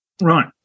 Right